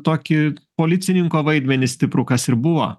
tokį policininko vaidmenį stiprų kas ir buvo